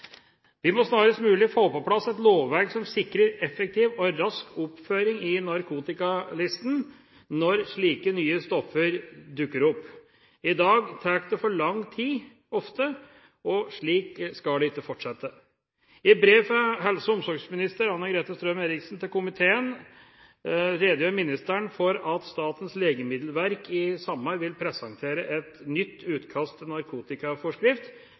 Vi må snarest mulig få på plass et lovverk som sikrer effektiv og rask oppføring i narkotikalisten når slike nye stoffer dukker opp. I dag tar det ofte for lang tid, og slik skal det ikke fortsette. I brev fra helse- og omsorgsminister Anne-Grete Strøm-Erichsen til komiteen redegjør ministeren for at Statens legemiddelverk i sommer vil presentere et nytt utkast til